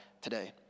today